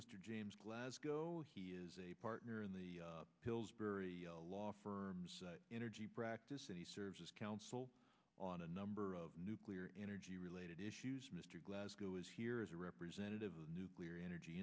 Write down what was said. mr james glasgow he is a partner in the pillsbury law firm energy practice and he serves as counsel on a number of nuclear energy related issues mr glasgow is here as a representative of the nuclear energy